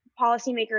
policymakers